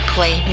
Play